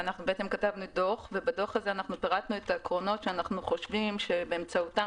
פירטנו בדוח את העקרונות שאנחנו חושבים שבאמצעותם